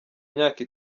imyaka